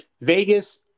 Vegas